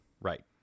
Right